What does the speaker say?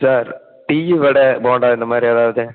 sir டீயி வடை போண்டா இந்த மாதிரி ஏதாவுது